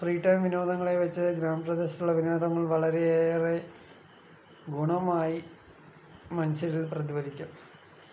free time വിനോദങ്ങളെ വെച്ച് ഗ്രാമപ്രദേശങ്ങളിലെ വിനോദങ്ങൾ വളരെയേറെ ഗുണമായി മനസിൽ പ്രതിഭലിക്കും